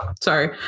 sorry